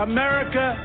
America